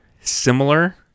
similar